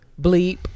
bleep